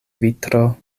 vitro